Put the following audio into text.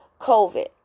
COVID